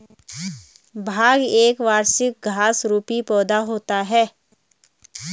भांग एक वार्षिक घास रुपी पौधा होता है